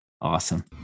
Awesome